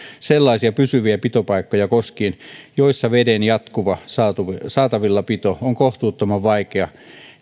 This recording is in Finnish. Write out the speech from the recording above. sellaisia pysyviä pitopaikkoja koskien joissa veden jatkuva saatavilla pito on kohtuuttoman vaikea